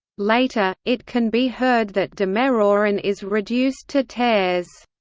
later, it can be heard that demiroren is reduced to tears.